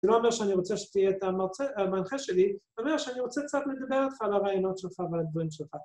‫זה לא אומר שאני רוצה ‫שתהיה המנחה שלי, ‫סביר שאני רוצה קצת לדבר ‫אתך על הרעיונות שלך ועל הדברים שלך.